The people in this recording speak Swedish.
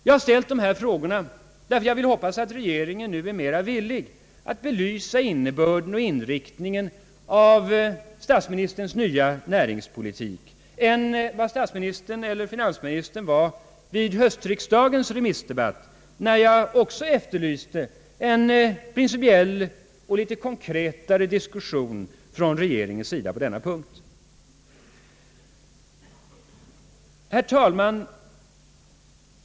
Jag vill hoppas att regeringen nu är mera villig att belysa innebörden och inriktningen av statsministerns nya näringspolitik än vad man var vid höstriksdagens remissdebatt, när jag också efterlyste en principiell och något konkretare diskussion från regeringens sida på denna punkt. Herr talman!